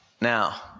Now